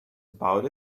about